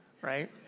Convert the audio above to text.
right